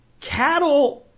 Cattle